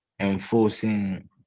enforcing